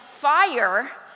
fire